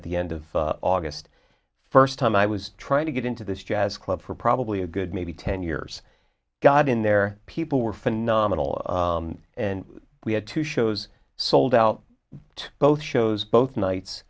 at the end of august first time i was trying to get into this jazz club for probably a good maybe ten years got in there people were phenomenal and we had two shows sold out to both shows both nights